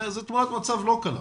זו תמונת מצב לא קלה,